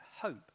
hope